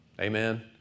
Amen